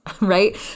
right